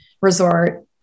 resort